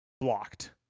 blocked